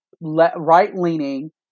right-leaning